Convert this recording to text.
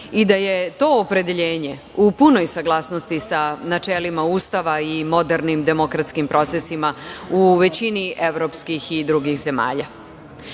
i da je to opredeljenje u punoj saglasnosti sa načelima Ustava i modernim demokratskim procesima u većini evropskih i drugih zemalja.S